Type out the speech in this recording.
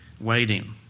Waiting